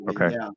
okay